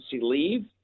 leave